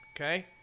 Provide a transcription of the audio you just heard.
Okay